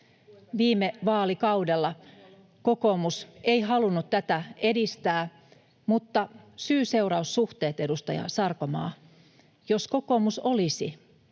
Viime vaalikaudella kokoomus ei halunnut tätä edistää, mutta — syy—seuraus-suhteet — edustaja Sarkomaa, jos kokoomus olisi